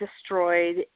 destroyed